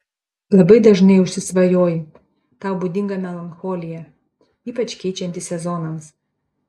labai dažnai užsisvajoji tau būdinga melancholija ypač keičiantis sezonams